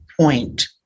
point